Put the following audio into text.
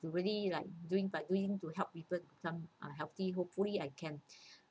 to really like doing but willing to help people some unhealthy hopefully I can